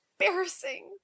embarrassing